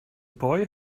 boy